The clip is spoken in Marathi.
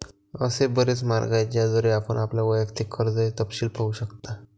असे बरेच मार्ग आहेत ज्याद्वारे आपण आपल्या वैयक्तिक कर्जाचे तपशील पाहू शकता